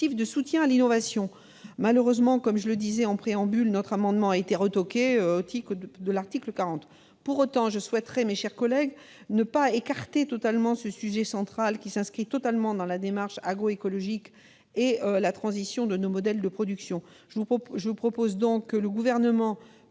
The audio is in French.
de soutien à l'innovation. Malheureusement, comme je le disais en préambule, notre amendement a été retoqué au titre de l'article 40. Pour autant, je souhaiterais, mes chers collègues, ne pas écarter ce sujet central, qui s'inscrit totalement dans la démarche agroécologique et la transition de nos modèles de production. Je vous propose donc que le Gouvernement